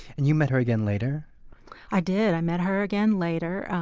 and you met her again later i did. i met her again later.